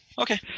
okay